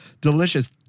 delicious